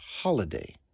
holiday